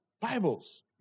Bibles